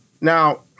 Now